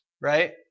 Right